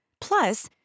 Plus